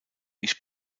ich